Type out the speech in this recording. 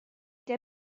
der